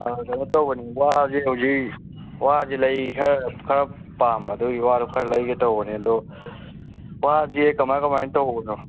ꯀꯩꯅꯣ ꯇꯧꯕꯅꯤ ꯋꯥꯁꯦ ꯍꯧꯖꯤꯛ ꯋꯥꯁꯤ ꯂꯩꯕ ꯈꯔ ꯄꯥꯝꯕ ꯑꯗꯨꯒꯤ ꯋꯥꯗꯣ ꯈꯔ ꯂꯩꯒꯦ ꯇꯧꯕꯅꯦ ꯑꯗꯣ ꯋꯥꯁꯦ ꯀꯃꯥꯏ ꯀꯃꯥꯏꯅ ꯇꯧꯕꯅꯣ